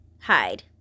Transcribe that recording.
hide